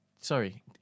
Sorry